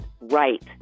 right